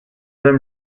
them